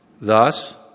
Thus